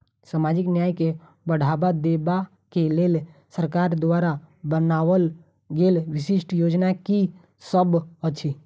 सामाजिक न्याय केँ बढ़ाबा देबा केँ लेल सरकार द्वारा बनावल गेल विशिष्ट योजना की सब अछि?